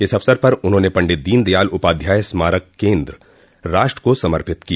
इस अवसर पर उन्होंन पण्डित दीन दयाल उपाध्याय स्मारक केन्द्र राष्ट्र को समर्पित किया